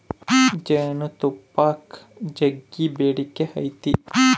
ಜೇನುತುಪ್ಪಕ್ಕ ಜಗ್ಗಿ ಬೇಡಿಕೆ ಐತೆ